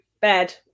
bed